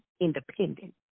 independent